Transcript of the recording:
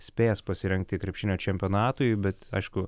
spės pasirengti krepšinio čempionatui bet aišku